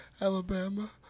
Alabama